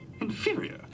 Inferior